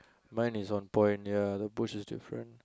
mine is on point ya the bush is different